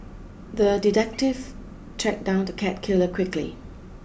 the detective tracked down the cat killer quickly